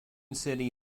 city